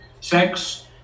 sex